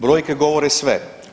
Brojke govore sve.